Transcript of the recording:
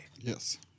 Yes